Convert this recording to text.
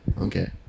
Okay